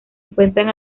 encuentran